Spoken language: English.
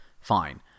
fine